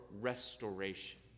restoration